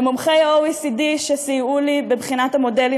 למומחי ה-OECD שסייעו לי בבחינת המודלים